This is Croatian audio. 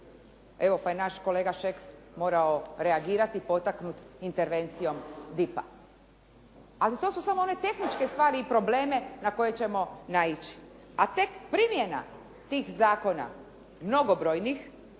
Evo pa i naš kolega Šeks morao reagirati potaknut intervencijom DIP-a. Ali to su samo one tehničke stvari i problemi na koje ćemo naići. A tek primjena tih zakona, mnogobrojnih.